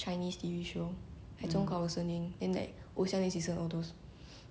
mm cause like last time in secondary school right my clique was